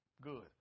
good